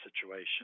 situation